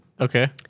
Okay